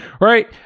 Right